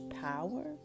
power